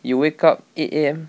you wake up eight A_M